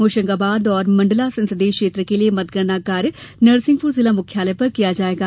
होशंगाबाद और मंडला संसदीय क्षेत्र के लिये मतगणना कार्य नरसिंहपुर जिला मुख्यालय पर किया जाएगा